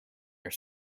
your